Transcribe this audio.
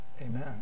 amen